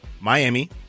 Miami